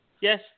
Yes